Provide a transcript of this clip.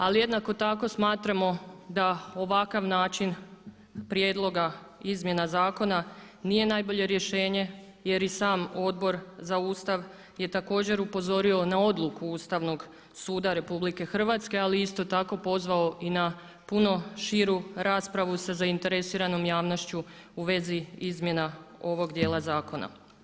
Ali jednako tako smatramo da ovakav način prijedloga izmjena zakona nije najbolje rješenje jer i sam Odbor za Ustav je također upozorio na odluku Ustavnog suda RH, ali isto tako pozvao i na puno širu raspravu sa zaineresiranom javnošću u vezi izmjena ovog dijela zakona.